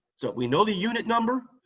so, we know the unit number,